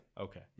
Okay